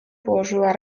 położyła